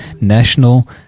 national